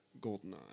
GoldenEye